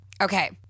Okay